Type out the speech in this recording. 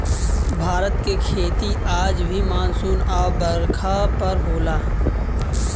भारत के खेती आज भी मानसून आ बरखा पर होला